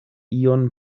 ion